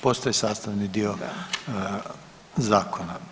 Postaje sastavni dio zakona.